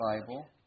Bible